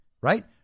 right